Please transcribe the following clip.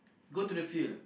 go the field